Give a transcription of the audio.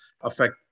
affect